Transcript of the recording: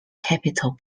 capital